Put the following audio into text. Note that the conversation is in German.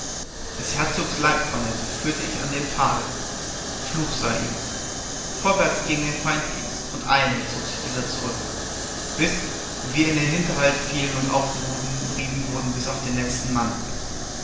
des herzogs leibkornette führte ich an dem tage fluch sei ihm vorwärts gegen den feind ging's und eilends zog sich dieser zurück bis wir in den hinterhalt fielen und aufgerieben wurden bis auf den letzten mann